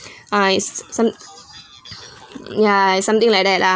ah it's some ya it's something like that lah